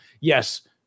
yes